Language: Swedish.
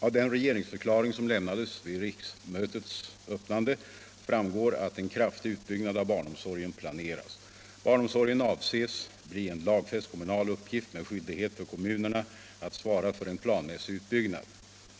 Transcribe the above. Av den regeringsförklaring som lämnades vid riksmötets öppnande framgår att en kraftig utbyggnad av barnomsorgen planeras. Barnomsorgen avses bli en lagfäst kommunal uppgift med skyldighet för kommunerna att svara för en planmässig utbyggnad.